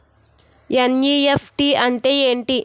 NEFT అంటే ఎంటి?